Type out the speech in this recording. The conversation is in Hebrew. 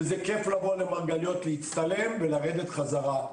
וזה כייף לבוא למרגליות להצטלם ולרדת חזרה,